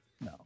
No